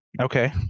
Okay